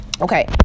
Okay